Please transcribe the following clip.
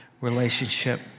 relationship